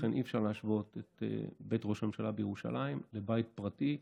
ולכן אי-אפשר להשוות את בית ראש הממשלה בירושלים לבית פרטי,